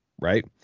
Right